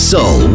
Soul